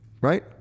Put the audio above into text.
right